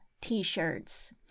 t-shirts